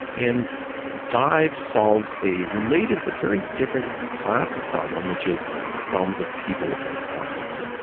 and dive solves a related, but very different class of problem, which is the problems of people and process.